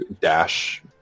dash